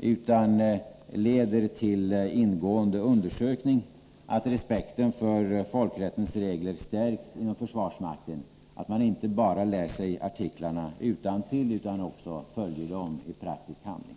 utan kommer att leda till ingående undersökning, att respekten för folkrättens regler stärks inom försvarsmakten och att man inte bara lär sig artiklarna utantill, utan också följer dem i praktisk handling.